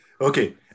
Okay